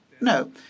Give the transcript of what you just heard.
No